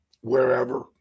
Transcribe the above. wherever